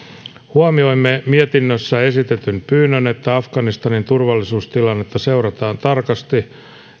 huomioimme mietinnössä esitetyn pyynnön että afganistanin turvallisuustilannetta seurataan tarkasti